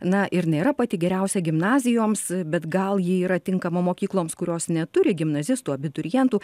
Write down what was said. na ir nėra pati geriausia gimnazijoms bet gal ji yra tinkama mokykloms kurios neturi gimnazistų abiturientų